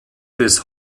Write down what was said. bis